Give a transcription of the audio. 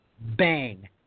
bang